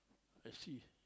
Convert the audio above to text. I see